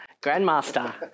Grandmaster